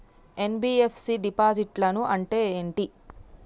NBFC డిపాజిట్లను అంటే ఏంటి?